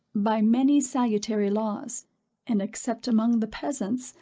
by many salutary laws and, except among the peasants,